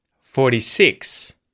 Forty-six